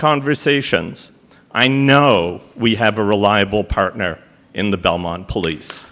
conversations i know we have a reliable partner in the belmont police